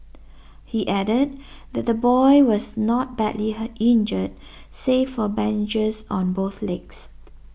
he added that the boy was not badly her injured save for bandages on both legs